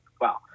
Wow